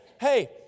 hey